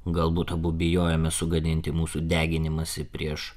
galbūt abu bijojome sugadinti mūsų deginimąsi prieš